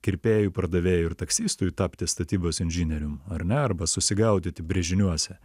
kirpėjui pardavėjui ir taksistui tapti statybos inžinierium ar ne arba susigaudyti brėžiniuose